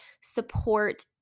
support